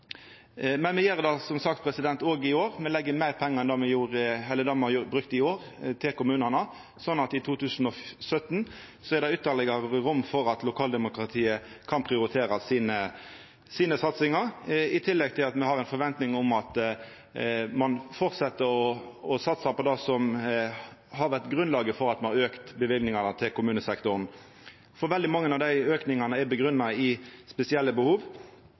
Men me gjer det som sagt òg i år. Me legg meir pengar enn me har brukt i år, til kommunane, sånn at det i 2017 er ytterlegare rom for at lokaldemokratiet kan prioritera satsingane sine, i tillegg til at me har ei forventning om at ein fortset å satsa på det som har vore grunnlaget for at me har auka løyvingane til kommunesektoren. Veldig mange av aukingane er grunngjevne i spesielle behov.